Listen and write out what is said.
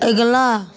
अगिला